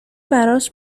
برات